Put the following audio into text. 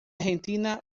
argentina